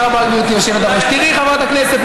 חבריי חברי הכנסת,